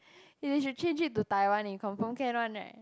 they should change it to Taiwan then confirm can one right